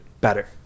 better